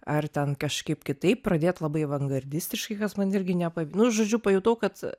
ar ten kažkaip kitaip pradėt labai avangardistiškai kas man irgi nepavi nu žodžiu pajutau kad